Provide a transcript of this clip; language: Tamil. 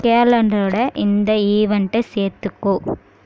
கேலண்டரோட இந்த ஈவென்ட்டை சேர்த்துக்கோ